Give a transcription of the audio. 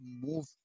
move